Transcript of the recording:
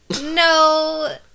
no